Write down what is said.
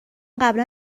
قبلا